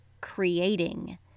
creating